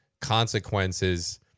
consequences